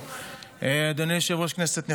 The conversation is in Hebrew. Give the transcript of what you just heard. אדוני היושב-ראש, כנסת נכבדה,